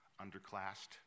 underclassed